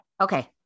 Okay